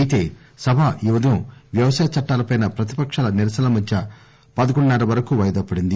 అయితే సభ ఈ ఉదయం వ్యవసాయ చట్టాలపై ప్రతిపకాల నిరసనల మధ్య పదకొండున్న ర వరకు వాయిదా పడింది